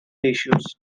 issues